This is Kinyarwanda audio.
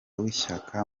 w’ishyaka